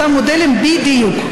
באותם מודלים בדיוק.